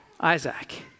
Isaac